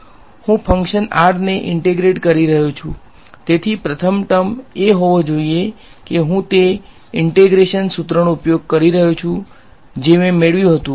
હું function r ને integrate કરી રહ્યો છું તેથી પ્રથમ ટર્મ એ હોવો જોઈએ કે હું તે ઈંટેગ્રેશન સૂત્રનો ઉપયોગ કરી રહ્યો છું જે મેં મેળવ્યું હતું